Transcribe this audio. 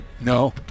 No